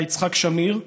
היה יצחק שמיר,